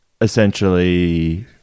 essentially